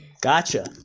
Gotcha